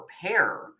prepare